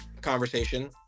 conversation